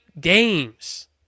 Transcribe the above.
games